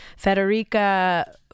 Federica